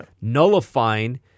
nullifying